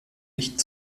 licht